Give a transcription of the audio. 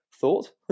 thought